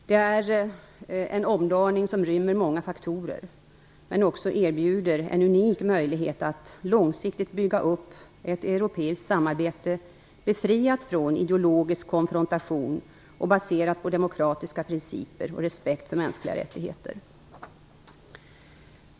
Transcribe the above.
Det är en omdaning som rymmer många faror, men också erbjuder en unik möjlighet att långsiktigt bygga upp ett europeiskt samarbete befriat från ideologisk konfrontation och baserat på demokratiska principer och respekt för mänskliga rättigheter.